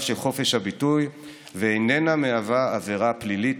של חופש הביטוי ואיננה מהווה עבירה פלילית,